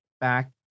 back